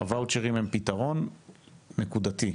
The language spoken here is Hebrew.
הוואוצ'רים הם פתרון נקודתי.